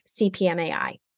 CPMAI